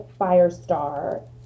Firestar